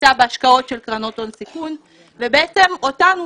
הקפיצה בהשקעות של קרנות הון סיכון ובעצם אותנו,